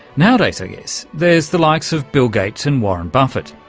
nowadays, i guess, there's the likes of bill gates and warren buffett.